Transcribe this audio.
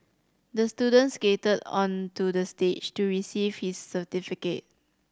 the student skated onto the stage to receive his certificate